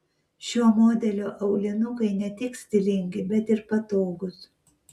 šio modelio aulinukai ne tik stilingi bet ir patogūs